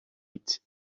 eat